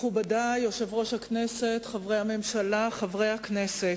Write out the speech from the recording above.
מכובדי, יושב-ראש הכנסת, חברי הממשלה, חברי הכנסת,